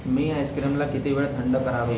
मी आइस्क्रीमला किती वेळ थंड करावे